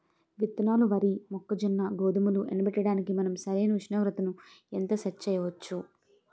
విత్తనాలు వరి, మొక్కజొన్న, గోధుమలు ఎండబెట్టడానికి మనం సరైన ఉష్ణోగ్రతను ఎంత సెట్ చేయవచ్చు?